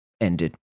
ended